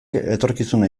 etorkizuna